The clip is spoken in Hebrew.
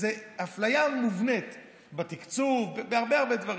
זו אפליה מובנית בתקצוב, בהרבה הרבה דברים.